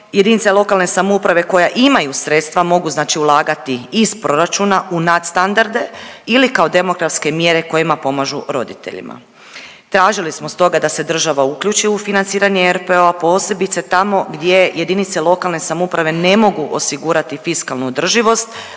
jedinice lokalne samouprave koje imaju sredstva mogu, znači ulagati iz proračuna u nadstandarde ili kao demografske mjere kojima pomažu roditeljima. Tražili smo stoga, da se država uključi u financiranje RPO-a, posebice tamo gdje jedinice lokalne samouprave ne mogu osigurati fiskalnu održivost,